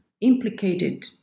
implicated